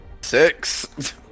Six